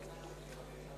זה חוק חשוב.